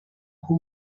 who